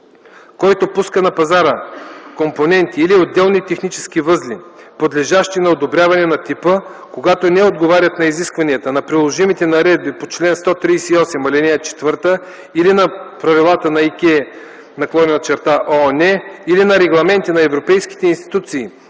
Който пуска на пазара компоненти или отделни технически възли, подлежащи на одобряване на типа, когато не отговарят на изискванията на приложимите наредби по чл. 138, ал. 4 или на правилата на ИКЕ/ООН, или на регламенти на европейските институции